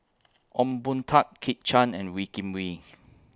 Ong Boon Tat Kit Chan and Wee Kim Wee